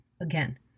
Again